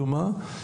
דומה,